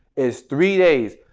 is three days.